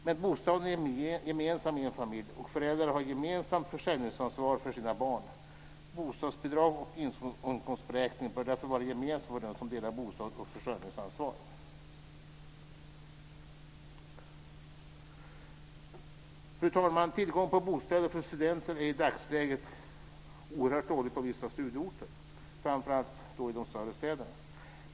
Men bostaden är gemensam i en familj, och föräldrar har gemensamt försörjningsansvar för sina barn. Bostadsbidrag och inkomstberäkning bör därför vara gemensamma för dem som delar bostad och försörjningsansvar. Fru talman! Tillgången på bostäder för studenter är i dagsläget oerhört dålig på vissa studieorter, framför allt i de större städerna.